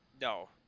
No